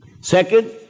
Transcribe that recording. Second